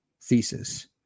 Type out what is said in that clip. thesis